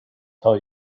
tell